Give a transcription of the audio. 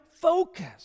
focus